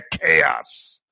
chaos